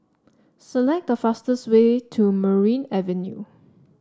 select the fastest way to Merryn Avenue